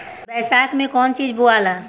बैसाख मे कौन चीज बोवाला?